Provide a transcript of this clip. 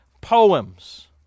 poems